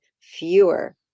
fewer